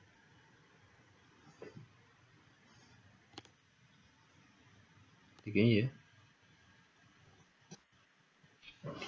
can you hear